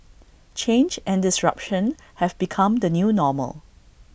change and disruption have become the new normal